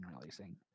releasing